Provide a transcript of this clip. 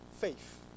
faith